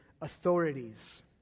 authorities